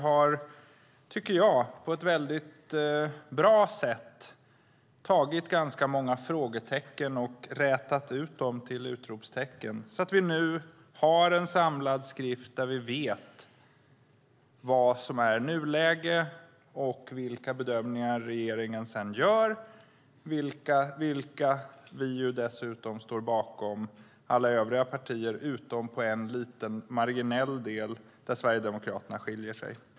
Jag tycker att vi där på ett väldigt bra sätt tagit ganska många frågetecken och rätat ut dem till utropstecken så att vi nu har en samlad skrift där vi vet vad som är nuläge och de bedömningar regeringen sedan gör, vilka alla partier står bakom utom när det gäller en liten, marginell, del där Sverigedemokraterna skiljer sig.